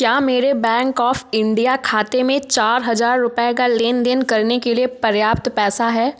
क्या मेरे bank of India खाते में चार हज़ार रुपये का लेन देन करने के लिए पर्याप्त पैसा है